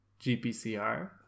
GPCR